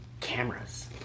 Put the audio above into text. Cameras